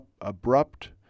abrupt